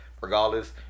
Regardless